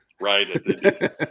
Right